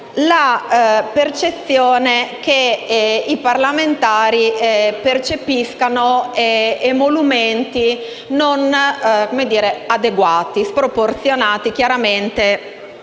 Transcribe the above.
la percezione che i parlamentari percepiscano emolumenti non adeguati, chiaramente